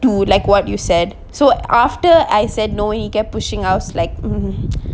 to like what you said so after I said no he kept pushing us like